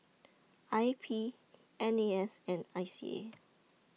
I P N A S and I C A